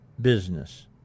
business